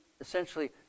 essentially